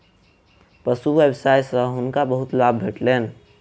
पशु व्यवसाय सॅ हुनका बहुत लाभ भेटलैन